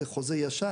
זה חוזה ישן.